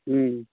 ह्म्म